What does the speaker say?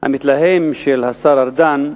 המתלהם של השר ארדן,